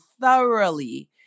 thoroughly